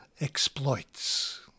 exploits